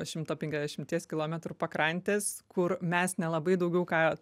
šimto penkiasdešimties kilometrų pakrantės kur mes nelabai daugiau ką